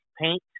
paint